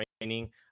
training